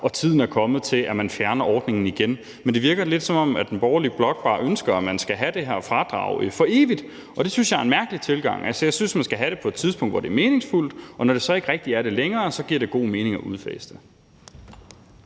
og tiden er kommet til, at man fjerner ordningen igen. Men det virker lidt, som om den borgerlige blok bare ønsker, at man skal have det her fradrag for evigt, og det synes jeg er en mærkelig tilgang. Jeg synes, man skal have det i en periode, hvor det er meningsfuldt, og når det så ikke rigtig er det længere, giver det god mening at udfase